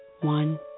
One